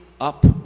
up